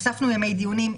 הוספנו ימי דיונים,